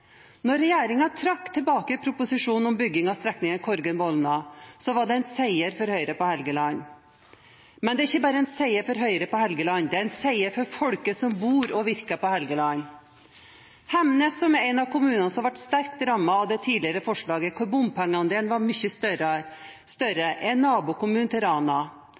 trakk tilbake proposisjonen om bygging av strekningen Korgen–Bolna, var det en seier for Høyre på Helgeland. Men det er ikke bare en seier for Høyre på Helgeland, det er en seier for folket som bor og virker på Helgeland. Hemnes, som er en av kommunene som ble sterkt rammet av det tidligere forslaget, hvor bompengeandelen var mye større, er nabokommunen til Rana.